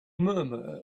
murmur